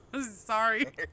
sorry